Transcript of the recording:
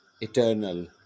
eternal